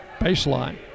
Baseline